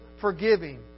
forgiving